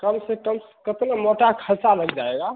कम से कम कितना मोटा खर्चा लग जाएगा